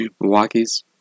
Milwaukee's